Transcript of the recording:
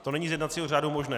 To není z jednacího řádu možné.